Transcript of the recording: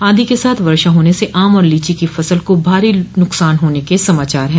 आंधी के साथ वर्षा होने से आम और लीची की फसल को भारी नुकसान होन के समाचार है